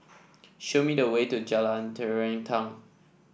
show me the way to Jalan Terentang